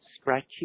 Scratchy